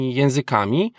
językami